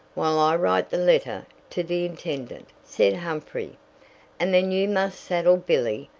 while i write the letter to the intendant, said humphrey and then you must saddle billy,